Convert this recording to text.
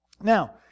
Now